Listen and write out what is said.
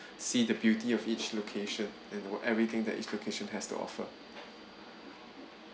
see the beauty of each location and wha~ everything that each location has to offer